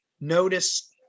notice